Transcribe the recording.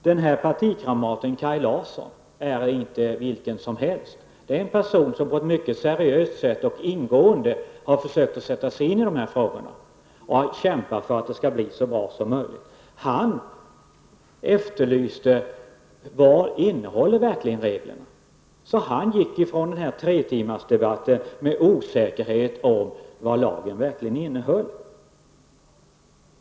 Denne partikamrat, Kaj Larsson, är inte vilken som helst. Det är en person som på ett mycket seriöst sätt och mycket ingående har försökt sätta sig in i dessa frågor. Han kämpar för att det skall bli så bra som möjligt. Kaj Larsson undrade vad reglerna verkligen innehöll. Han lämnade denna tretimmarsdebatt med osäkerhet om vad lagen verkligen innebar.